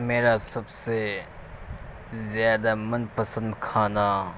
میرا سب سے زیادہ من پسند کھانا